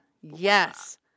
Yes